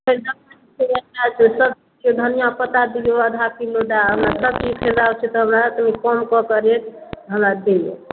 सेसब केओ धनिआपत्ता दिऔ आधा किलो दै हमरा सबचीज खरिदैके छै तब कनि कम कऽके रेट हमरा दिअऽ